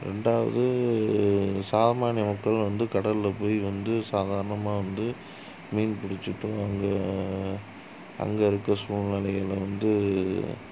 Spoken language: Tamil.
ரெண்டாவது சாமானிய மக்களும் வந்து கடலில் போய் வந்த சாதாரணமாக வந்து மீன் புடிச்சிட்டும் அங்கே அங்கே இருக்க சூழ்நிலைகளை வந்து